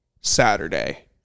Saturday